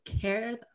care